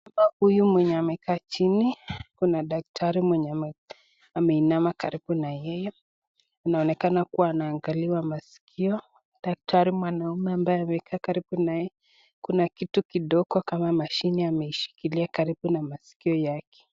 Huyu mwenye amekaa chini. Kuna daktari ameinama karibu na yeye. Inaonekana kuwa anaangaliwa masikio. Daktari mwanaume ambaye amekaa karibu na yeye. Kuna kitu kidogo kama mashini ameshikilia karibu na masikio yake.